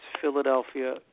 Philadelphia